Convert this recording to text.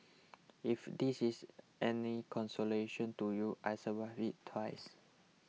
if this is any consolation to you I survived it twice